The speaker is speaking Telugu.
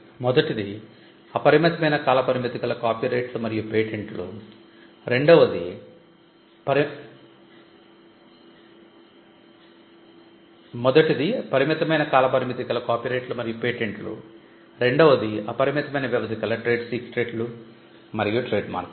మొదటిది పరిమితమైన కాల పరిమితి కల కాపీరైట్లు మరియు పేటెంట్లు రెండవది అపరిమితమైన వ్యవధి కల ట్రేడ్ సీక్రెట్లు మరియు ట్రేడ్మార్క్లు